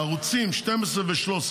הערוצים 12 ו-13,